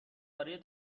برای